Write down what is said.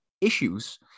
issues